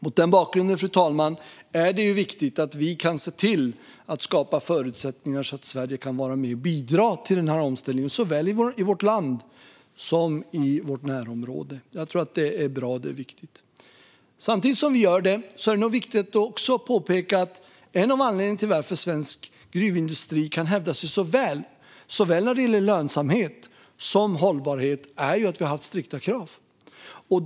Mot den bakgrunden är det viktigt att vi kan se till att skapa förutsättningar så att Sverige kan vara med och bidra till den här omställningen, såväl i vårt land som i vårt närområde. Jag tror att det är bra och viktigt. Samtidigt som vi gör det är det också viktigt att påpeka att en av anledningarna till att svensk gruvindustri kan hävda sig så väl, både när det gäller lönsamhet och hållbarhet, är att vi har haft strikta krav.